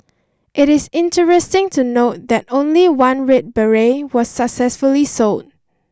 it is interesting to note that only one red beret was successfully sold